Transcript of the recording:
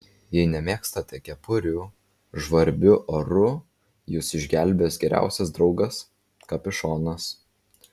jei nemėgstate kepurių žvarbiu oru jus išgelbės geriausias draugas kapišonas